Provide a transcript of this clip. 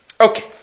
Okay